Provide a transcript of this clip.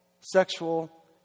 sexual